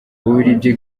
bubiligi